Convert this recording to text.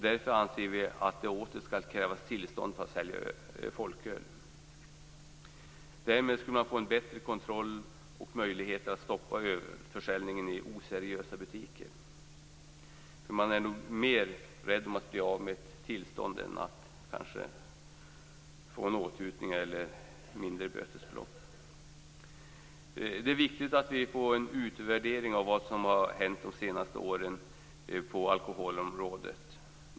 Därför anser Miljöpartiet att det åter skall krävas tillstånd för att sälja folköl. Därmed skulle man kunna få en bättre kontroll, och möjlighet att stoppa ölförsäljningen i oseriösa butiker. Butiksägarna är nog mer rädda för att bli av med ett tillstånd än att få en åthutning eller ett mindre bötesbelopp. Det är viktigt att vi får en utvärdering av vad som har hänt under de senaste åren på alkoholområdet.